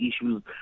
issues